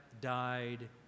died